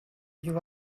you